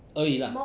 而已 lah